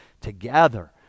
together